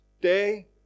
day